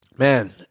Man